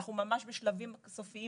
אנחנו ממש בשלבים הסופיים